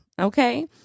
Okay